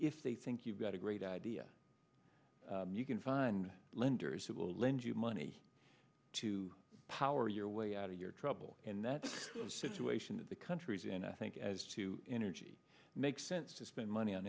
if they think you've got a great idea you can find lenders who will lend you money to power your way out of your trouble and that situation that the country's in i think as to energy makes sense to spend money on